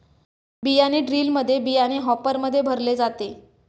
बियाणे ड्रिलमध्ये बियाणे हॉपरमध्ये भरले जाते